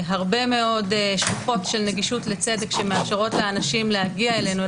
הרבה מאוד שלוחות של נגישות לצדק שמאפשרות לאנשים להגיע אלינו,